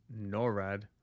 NORAD